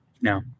No